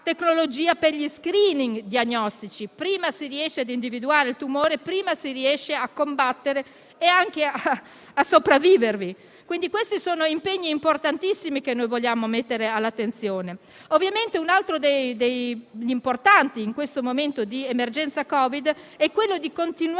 per gli *screening* diagnostici. Prima si riesce ad individuare il tumore, prima si riesce a combatterlo e anche a sopravvivere. Questi sono quindi impegni importantissimi che noi vogliamo mettere in evidenza. Un'altra attività importante in questo momento di emergenza Covid è continuare